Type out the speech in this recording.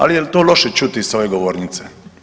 Ali jel to loše čuti s ove govornice?